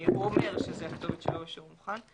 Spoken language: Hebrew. אומר שזאת הכתובת שלו ושהוא מוכן.